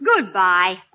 Goodbye